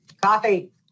Coffee